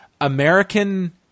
American